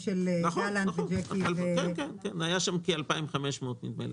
היו שם כ-2,500, כמדומני.